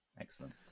excellent